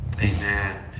Amen